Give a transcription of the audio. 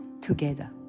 together